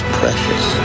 precious